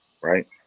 right